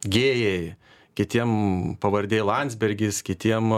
gėjai kitiem pavardė landsbergis kitiem